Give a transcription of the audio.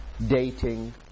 dating